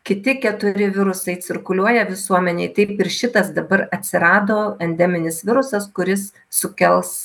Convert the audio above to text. kiti keturi virusai cirkuliuoja visuomenėj taip ir šitas dabar atsirado endeminis virusas kuris sukels